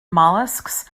mollusks